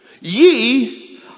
ye